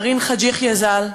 מארין חאג' יחיא ז"ל,